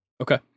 Okay